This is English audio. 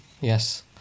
Yes